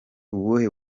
ubuhe